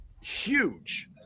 huge